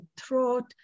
throat